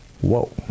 Whoa